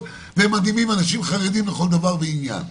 והם מדהימים והם אנשים חרדים לכל דבר ועניין.